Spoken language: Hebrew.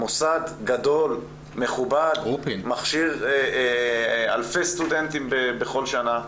מוסד גדול, מכובד, שמכשיר אלפי סטודנטים בכל שנה.